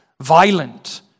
violent